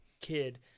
kid